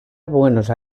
buenos